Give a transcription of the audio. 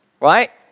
right